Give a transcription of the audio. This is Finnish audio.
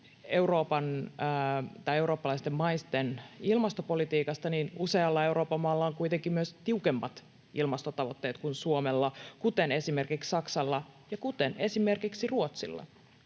tästä eurooppalaisten maiden ilmastopolitiikasta: Usealla Euroopan maalla on kuitenkin myös tiukemmat ilmastotavoitteet kuin Suomella, kuten esimerkiksi Saksalla ja kuten esimerkiksi Ruotsilla.